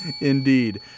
Indeed